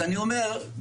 אני אומר,